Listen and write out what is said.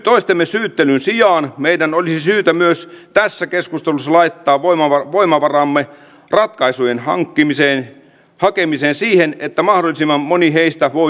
toistemme syyttelyn sijaan meidän olisi syytä myös tässä keskustelussa laittaa voimavaramme ratkaisujen hakemiseen siihen että mahdollisimman moni heistä voi työllistyä